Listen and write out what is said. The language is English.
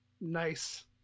nice